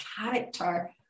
character